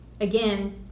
Again